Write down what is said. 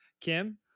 Kim